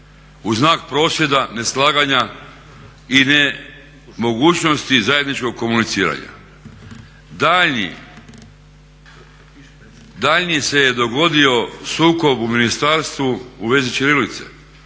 u znak prosvjeda, neslaganja i nemogućnosti zajedničkog komuniciranja. Daljnji se dogodio sukob u ministarstvu u vezi ćirilice.